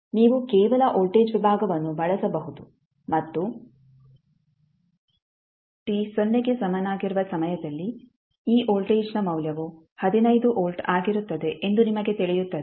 ನೀವು ಕೇವಲ ವೋಲ್ಟೇಜ್ ವಿಭಾಗವನ್ನು ಬಳಸಬಹುದು ಮತ್ತು t ಸೊನ್ನೆಗೆ ಸಮನಾಗಿರುವ ಸಮಯದಲ್ಲಿ ಈ ವೋಲ್ಟೇಜ್ನ ಮೌಲ್ಯವು 15 ವೋಲ್ಟ್ ಆಗಿರುತ್ತದೆ ಎಂದು ನಿಮಗೆ ತಿಳಿಯುತ್ತದೆ